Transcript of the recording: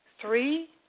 three